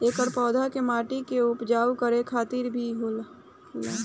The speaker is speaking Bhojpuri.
एकर पौधा के माटी के उपजाऊ करे खातिर भी बोअल जाला